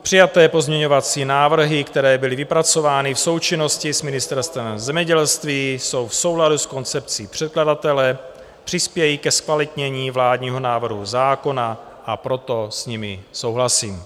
Přijaté pozměňovací návrhy, které byly vypracovány v součinnosti s Ministerstvem zemědělství, jsou v souladu s koncepcí předkladatele, přispějí ke zkvalitnění vládního návrhu zákona, proto s nimi souhlasím.